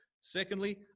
Secondly